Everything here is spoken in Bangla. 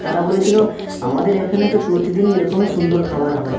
তারা বলেছিল আমাদের এখানে তো প্রতিদিনই এরকমই সুন্দর খাবার হয়